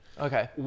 Okay